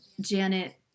Janet